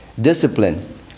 discipline